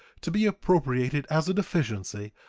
to be appropriated as a deficiency,